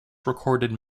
recorded